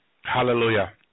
Hallelujah